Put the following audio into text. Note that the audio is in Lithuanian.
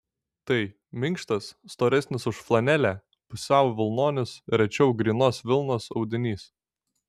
tai minkštas storesnis už flanelę pusiau vilnonis rečiau grynos vilnos audinys